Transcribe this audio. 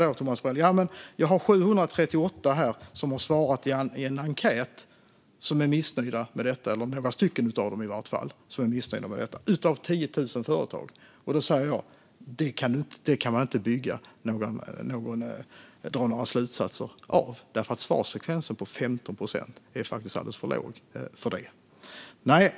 Thomas Morell säger att 738 av 10 000 företag som har svarat på en enkät är missnöjda - i varje fall några av dem. Jag säger att det inte går att dra några slutsatser av detta därför att en svarsfrekvens på 15 procent är alldeles för låg.